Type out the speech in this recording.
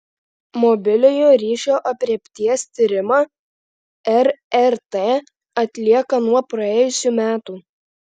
mobiliojo ryšio aprėpties tyrimą rrt atlieka nuo praėjusių metų